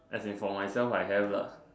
as in for myself I have lah